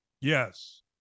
Yes